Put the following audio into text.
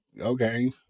okay